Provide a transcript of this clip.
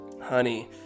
Honey